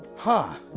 huh!